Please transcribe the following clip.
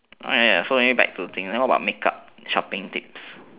so coming back to thing what about make up shopping tips